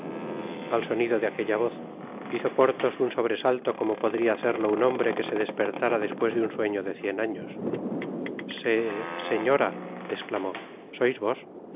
al sonido de aquella voz hizo porthos un sobresalto como podria hacerlo un hombre que se dispertára despues de un sueño de cien años se señora esclamó sois vos como